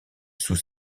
sous